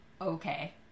okay